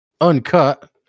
uncut